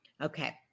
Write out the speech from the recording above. Okay